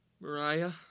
Mariah